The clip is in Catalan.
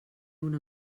una